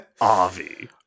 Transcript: Avi